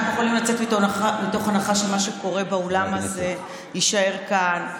אנחנו יכולים לצאת מתוך הנחה שמה שקורה בעולם הזה יישאר כאן,